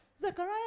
Zechariah